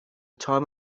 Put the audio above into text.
time